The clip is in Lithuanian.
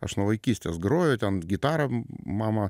aš nuo vaikystės groju ten gitarą mama